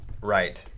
Right